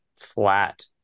flat